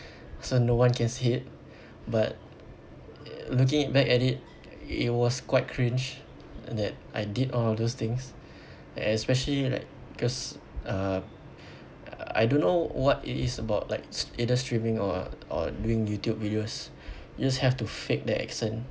so no one can see it but looking it back at it it was quite cringe that I did all of those things especially like because uh I don't know what it is about like s~ either streaming or or doing Youtube videos you just have to fake the accent